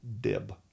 dib